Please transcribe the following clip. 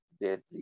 deadly